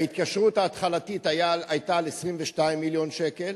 ההתקשרות ההתחלתית היתה על 22 מיליון שקל,